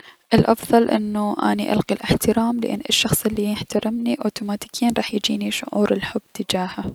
الأفضل انو اني القي الأحترام لأن الشخص الي يحترمني اوتوماتيكيا راح يجيني شعور الحب تجاهه.